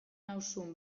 nauzun